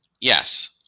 Yes